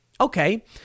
Okay